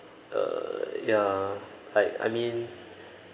err yeah like I mean